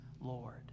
Lord